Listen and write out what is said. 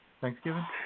Thanksgiving